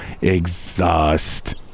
exhaust